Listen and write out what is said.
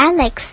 Alex